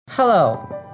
Hello